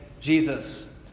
Jesus